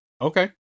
Okay